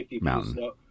mountain